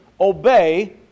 Obey